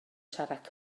siarad